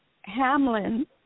Hamlin